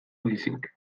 baizik